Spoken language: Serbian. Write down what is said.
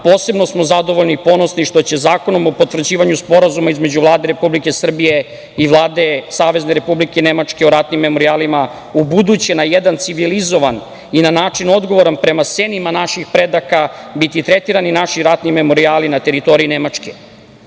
posebno smo zadovoljni i ponosni što će zakonom o potvrđivanju Sporazuma između Vlade Republike Srbije i Vlade Savezne Republike Nemačke o ratnim memorijalima ubuduće na jedan civilizovan i odgovoran način prema senima naših predaka biti tretirani naši ratni memorijali na teritoriji Nemačke.